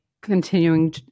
continuing